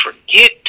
forget